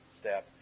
step